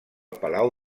palau